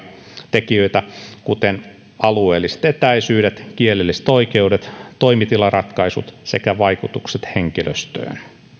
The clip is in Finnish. tekijöitä kuten alueelliset etäisyydet kielelliset oikeudet toimitilaratkaisut sekä vaikutukset henkilöstöön